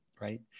Right